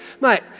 Mate